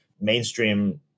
mainstream